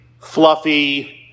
fluffy